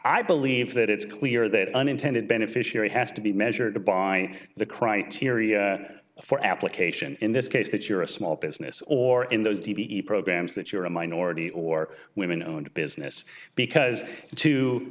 i believe that it's clear that unintended beneficiary has to be measured by the criteria for application in this case that you're a small business or in those d b e programs that you're a minority or women owned business because to